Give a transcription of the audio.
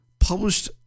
published